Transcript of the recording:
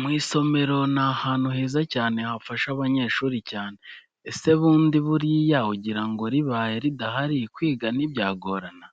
Mu isomero ni ahantu heza cyane hafasha abanyeshuri cyane. Ese bundi buriya ugira ngo ribaye ridahari, kwiga ntibyagorana?